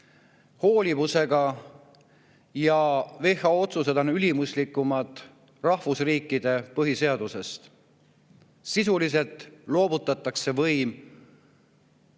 hoolivusega, ja WHO otsused on ülimuslikumad rahvusriikide põhiseadusest. Sisuliselt loovutatakse võim